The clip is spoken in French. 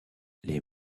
les